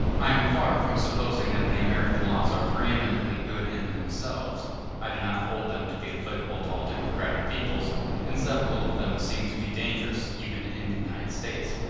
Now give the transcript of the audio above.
i am far from supposing that the american laws are preeminently good in themselves i do not hold them to be applicable to all democratic peoples and several of them seem to be dangerous, even in the united states.